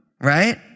Right